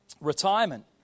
Retirement